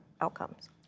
outcomes